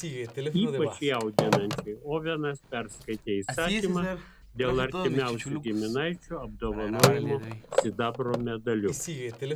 ypač jaudinančiai ovenas perskaitė įsakymą dėl artimiausių giminaičių apdovanojimo sidabro medaliu